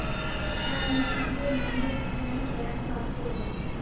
এক নীতি গুলো মেনে কোনো ব্যাঙ্ক কাজ করে